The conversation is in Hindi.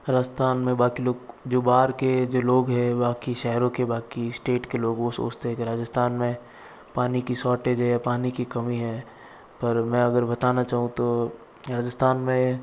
राजस्थान में बाकी लोग जो बाहर के जो लोग है बाकी शहरों के बाकी स्टेट के लोगों सोचते हैं कि राजस्थान में पानी की शॉर्टेज है या पानी की कमी है पर मैं अगर बताना चाहूँ तो राजस्थान में